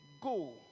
Go